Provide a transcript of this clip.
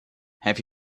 have